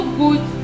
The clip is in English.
good